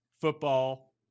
football